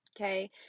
Okay